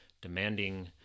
demanding